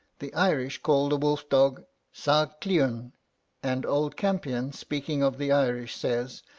the irish called the wolf-dog sagh cliun and old campion, speaking of the irish, says,